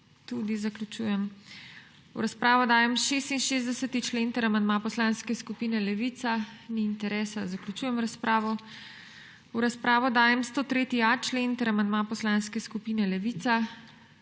Tudi zaključujem. V razpravo dajem 66. člen ter amandma Poslanske skupine Levica. Ni interesa, zaključujem razpravo. V razpravo dajem 103.a člen ter amandma Poslanske skupine Levica.